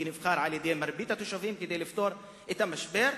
כי הוא נבחר על-ידי מרבית התושבים כדי לפתור את המשבר,